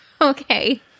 Okay